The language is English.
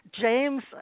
James